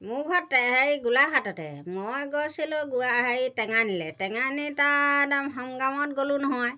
মোৰ ঘৰত টে হেৰি গোলাঘাটতে মই গৈছিলোঁ গুৱা হে টেঙানীলৈ টেঙানীত আৰু একদম সংগ্ৰামত গ'লো নহয়